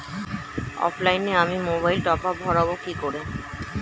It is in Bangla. অফলাইনে আমি মোবাইলে টপআপ ভরাবো কি করে?